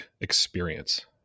experience